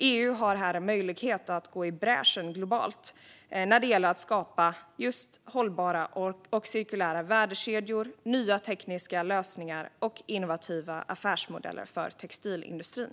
EU har här en möjlighet att gå i bräschen globalt när det gäller att skapa hållbara och cirkulära värdekedjor, nya tekniska lösningar och innovativa affärsmodeller för textilindustrin.